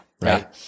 right